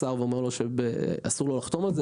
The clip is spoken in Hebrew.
ואומר לו שאסור לו לחתום על זה,